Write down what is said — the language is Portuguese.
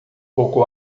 pouco